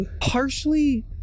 partially